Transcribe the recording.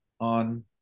on